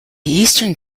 eastern